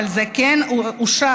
אבל זה כן אושר,